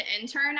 intern